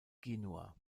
genua